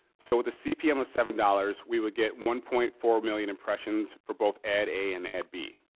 so, with the cpm of seven dollars, we would get one point four million impressions for both ad a and ad b.